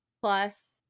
plus